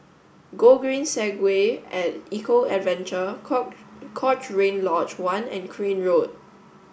Gogreen Segway at Eco Adventure Cochrane Lodge One and Crane Road